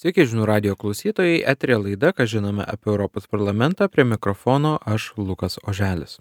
sveiki žinių radijo klausytojai eteryje laida ką žinome apie europos parlamentą prie mikrofono aš lukas oželis